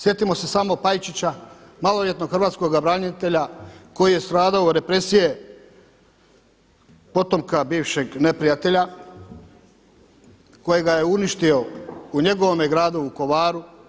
Sjetimo se samo Pajčića, maloljetnog hrvatskoga branitelja koji je stradao od represije potomka bivšeg neprijatelja kojega je uništio u njegovome gradu Vukovaru.